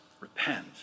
repent